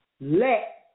let